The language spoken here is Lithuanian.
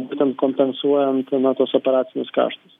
būtent kompensuojant na tuos operacinius kaštus